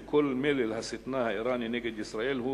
וכל מלל השטנה האירני נגד ישראל הוא